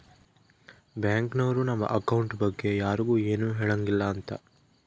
bank ನವ್ರು ನಮ್ account ಬಗ್ಗೆ ಯರ್ಗು ಎನು ಹೆಳಂಗಿಲ್ಲ ಅಂತ